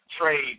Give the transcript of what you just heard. trade